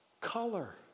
color